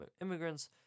immigrants